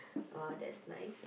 oh that's nice